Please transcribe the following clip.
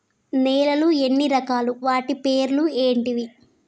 నేలలు ఎన్ని రకాలు? వాటి పేర్లు ఏంటివి?